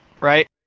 right